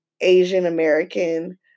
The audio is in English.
Asian-American